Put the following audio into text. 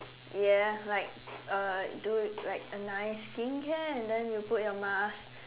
ya like uh do like a nice skincare and then you put your mask